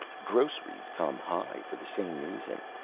groceries come high for the same reason.